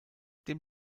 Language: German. dem